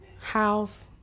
house